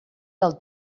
del